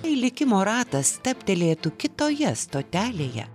jei likimo ratas stabtelėtų kitoje stotelėje